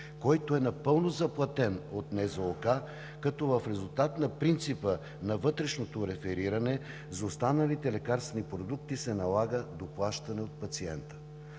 който е напълно заплатен от НЗОК, като в резултат на принципа на вътрешното рефериране за останалите лекарствени продукти се налага доплащане от пациента.